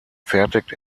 fertigt